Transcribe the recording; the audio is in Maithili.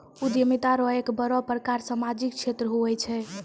उद्यमिता रो एक बड़ो प्रकार सामाजिक क्षेत्र हुये छै